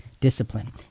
discipline